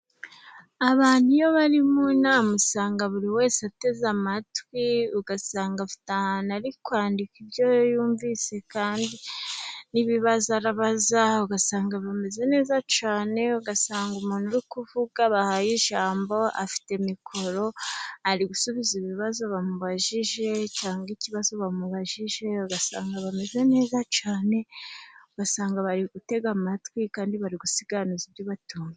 Abantu iyo bari Munama usanga buri wese ateze amatwi ugasanga afite ahantu ari kwandika ibyo y'umvise kandi n'ibibazo ari kubaza ugasanga bameze neza cyane. ,Ugasanga umuntu uri kuvuga bahaye ijambo afite mikoro ari gusubiza ibibazo bamubajije , cyangwa ikibazo bamubajije bagasanga bameze neza cyane basanga bari gutega amatwi kandi bari gusiganuza ibyo batumva.